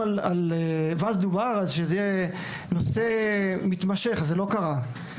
אז דובר שזה יהיה נושא מתמשך וזה לא קרה.